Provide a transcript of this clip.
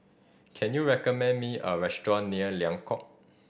can you recommend me a restaurant near Liang Court